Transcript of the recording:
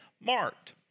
marked